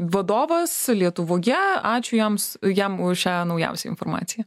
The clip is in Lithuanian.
vadovas lietuvoje ačiū jiems jam už šią naujausią informaciją